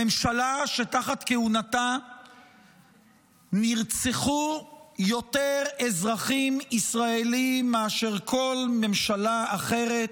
הממשלה שתחת כהונתה נרצחו יותר אזרחים ישראלים מאשר כל ממשלה אחרת,